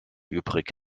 übrig